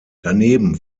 daneben